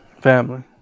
Family